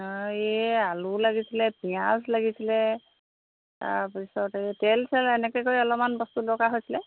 এই আলু লাগিছিলে পিয়াজ লাগিছিলে তাৰপিছতে তেল চেল এনেকৈ কৰি অলপমান বস্তু দৰকাৰ হৈছিলে